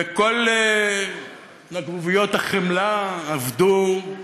וכל נקבוביות החמלה עבדו.